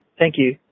thank you.